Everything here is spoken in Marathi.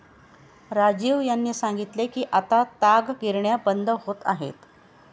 राजीव यांनी सांगितले की आता ताग गिरण्या बंद होत आहेत